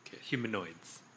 Humanoids